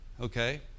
Okay